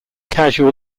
casual